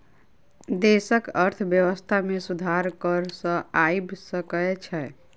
देशक अर्थव्यवस्था में सुधार कर सॅ आइब सकै छै